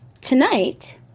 tonight